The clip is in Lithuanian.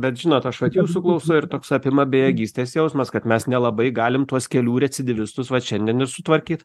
bet žinot aš vat jūsų klausau ir toks apima bejėgystės jausmas kad mes nelabai galim tuos kelių recidyvistus vat šiandien ir sutvarkyt